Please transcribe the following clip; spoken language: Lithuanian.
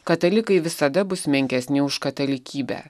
katalikai visada bus menkesni už katalikybę